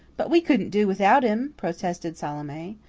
but we couldn't do without him, protested salome.